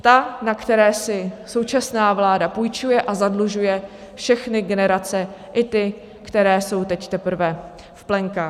Ta, na které si současná vláda půjčuje, a zadlužuje všechny generace, i ty, které jsou teď teprve v plenkách.